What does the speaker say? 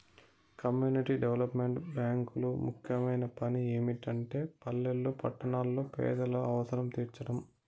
community development బ్యేంకులు ముఖ్యమైన పని ఏమిటంటే పల్లెల్లో పట్టణాల్లో పేదల అవసరం తీర్చడం